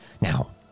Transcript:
Now